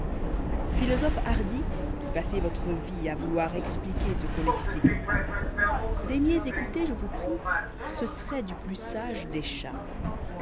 philosophes hardis qui passez votre vie a vouloir expliquer ce qu'on n'explique pas daignez écouter je vous prie ce trait du plus sage des chats